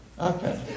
Okay